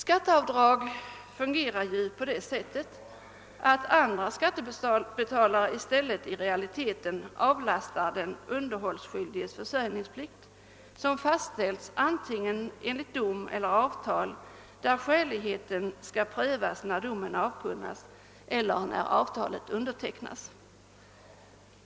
Skatteavdraget fungerar ju på det sättet, att andra skattebetalare i stället i realiteten avlastar den underhållsskyldige den försörjningsplikt han ålagts antingen enligt dom eller avtal, där skä ligheten skall prövas när domen avkunnas eller avtalet undertecknas.